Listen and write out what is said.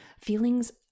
feelings